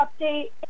update